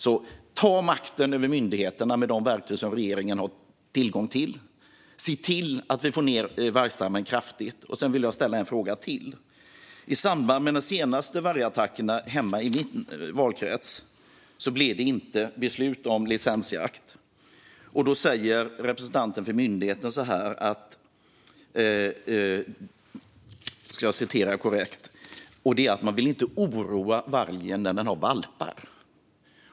Så ta makten över myndigheterna med de verktyg som regeringen har tillgång till! Se till att vi får ned vargstammen kraftigt! Jag vill ställa en fråga till. I samband med de senaste vargattackerna hemma i min valkrets blev det inte beslut om licensjakt. Representanten för myndigheten sa att man inte vill oroa vargen när den har valpar.